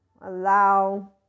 allow